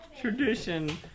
tradition